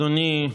בבקשה, אדוני.